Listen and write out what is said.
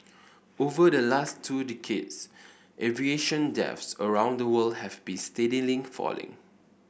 over the last two decades aviation deaths around the world have been steadily falling